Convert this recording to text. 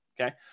okay